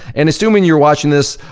and assuming you're watching this,